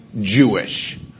Jewish